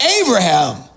Abraham